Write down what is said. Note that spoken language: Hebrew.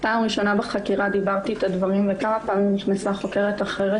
פעם ראשונה בחקירה דיברתי את הדברים וכמה פעמים נכנסה חוקרת אחרת